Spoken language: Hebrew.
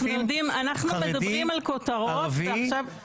אנחנו מדברים על כותרות ועכשיו --- אנחנו מוסיפים חרדי,